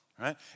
right